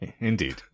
Indeed